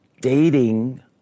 dating